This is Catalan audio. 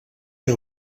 que